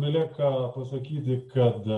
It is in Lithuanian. belieka pasakyti kad